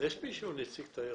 נציג תיירות?